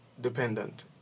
dependent